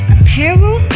Apparel